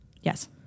yes